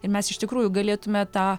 ir mes iš tikrųjų galėtume tą